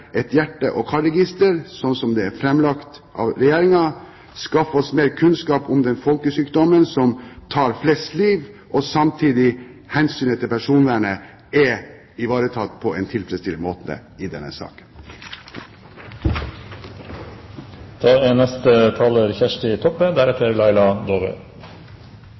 et hjerte- og karregister slik som det er framlagt av Regjeringen, skaffe oss mer kunnskap om den folkesykdommen som tar flest liv, og samtidig sikre hensynet til personvernet, er ivaretatt på en tilfredsstillende måte i denne saken.